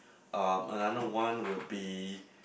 um another one would be